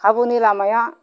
खाबुनि लामाया